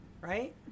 right